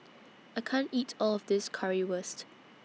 I can't eat All of This Currywurst